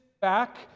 back